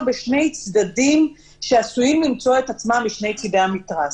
בשני צדדים שעשויים למצוא את עצמם משני צדי המתרס.